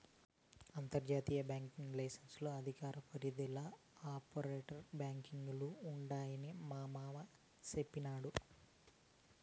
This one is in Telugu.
అంతర్జాతీయ బాంకింగ్ లైసెన్స్ అధికార పరిదిల ఈ ఆప్షోర్ బాంకీలు ఉండాయని మాబావ సెప్పిన్నాడు